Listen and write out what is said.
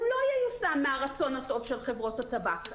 הוא לא ייושם בזכות הרצון הטוב של חברות הטבק.